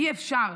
אי-אפשר.